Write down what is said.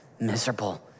miserable